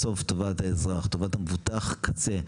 בסוף, טובת האזרח, טובת מבוטח הקצה,